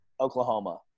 Oklahoma